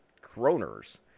kroners